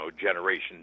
generation